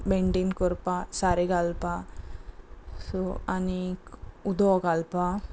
maintain करपा सारें घालपाक सो आनी उदक घालपाक